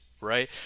right